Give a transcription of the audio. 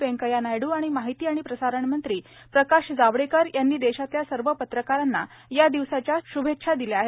वैकेय्या नायडू आणि माहिती आणि प्रसारणमंत्री प्रकाश जावडेकर यांनी देशातल्या सर्व पत्रकारांना शभेच्छा दिल्या आहेत